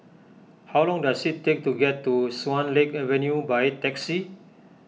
how long does it take to get to Swan Lake Avenue by taxi